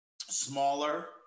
smaller